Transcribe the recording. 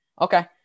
Okay